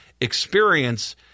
experience –